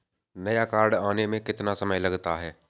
नया कार्ड आने में कितना समय लगता है?